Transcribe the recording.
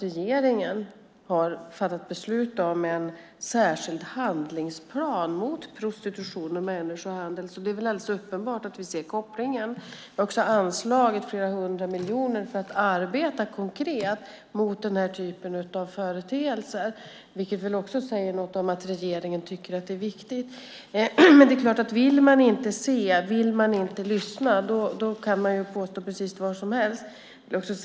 Regeringen har fattat beslut om en särskild handlingsplan mot prostitution och människohandel, så det är alldeles uppenbart att vi ser kopplingen. Jag har också anslagit flera hundra miljoner för att arbeta konkret mot denna typ av företeelser. Det säger också något om att regeringen tycker att det är viktigt. Men vill man inte se och lyssna kan man påstå precis vad som helst.